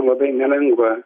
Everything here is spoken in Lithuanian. labai nelengva